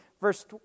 verse